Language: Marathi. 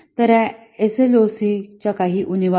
तर या एसएलओसीच्या काही उणीवा आहेत